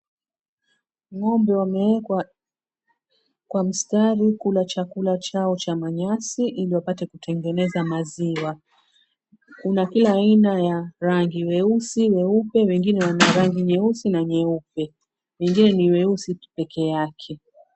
Ng'ombe wamewekwa kwa mstari kula chakula chao cha manyasi, ili wapate kutengeneza maziwa. Kuna kila aina ya rangi weusi, weupe, wengine wana rangi nyeusi na nyeupe. Wengine ni weusi tu peke yake.